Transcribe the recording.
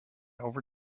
over